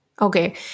Okay